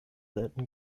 selten